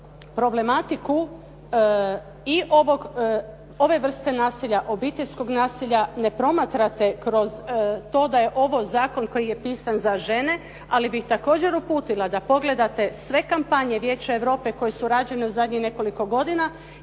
problematiku i ove vrste nasilja, obiteljskog nasilja ne promatrate kroz to da je ovo zakon koji je pisan za žene, ali bih također uputila da pogledate sve kampanje Vijeća Europe koje su rađene u zadnjih nekoliko godina